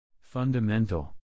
Fundamental